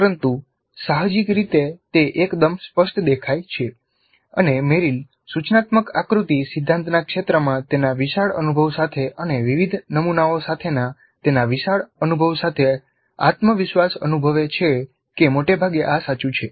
પરંતુ સાહજિક રીતે તે એકદમ સ્પષ્ટ દેખાય છે અને મેરિલ સૂચનાત્મક આકૃતિ સિદ્ધાંતના ક્ષેત્રમાં તેના વિશાળ અનુભવ સાથે અને વિવિધ નમૂનાઓસાથેના તેના વિશાળ અનુભવ સાથે આત્મવિશ્વાસ અનુભવે છે કે મોટે ભાગે આ સાચું છે